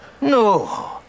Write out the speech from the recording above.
no